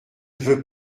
veux